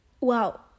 wow